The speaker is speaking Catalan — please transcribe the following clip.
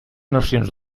nacions